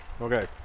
Okay